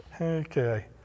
Okay